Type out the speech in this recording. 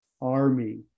Army